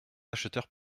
acheteurs